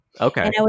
Okay